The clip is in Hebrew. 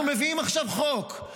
אנחנו מביאים עכשיו חוק.